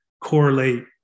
correlate